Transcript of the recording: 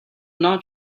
not